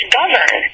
govern